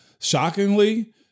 Shockingly